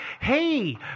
hey